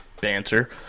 banter